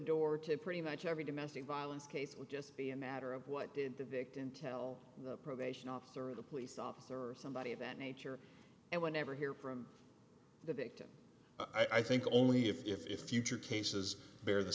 door to pretty much every domestic violence case it would just be a matter of what did the victim tell the probation officer of the police officer or somebody of that nature and whenever hear from the victim i think only if future cases bear the